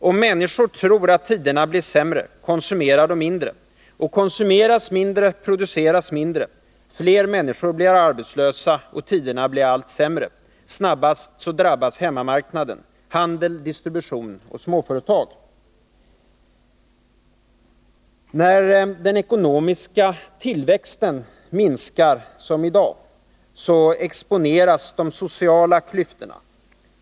Om människor tror att tiderna blir sämre konsumerar de mindre. Konsumeras mindre, produceras mindre. Fler människor blir arbetslösa, och tiderna blir allt sämre. Snabbast drabbas hemmamarknaden: handel, distribution och småföretag. När den ekonomiska tillväxten minskar, som i dag, exponeras de sociala klyftorna.